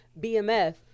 BMF